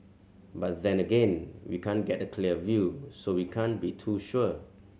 but then again we can't get a clear view so we can't be too sure